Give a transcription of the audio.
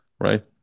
right